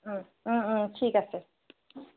ঠিক আছে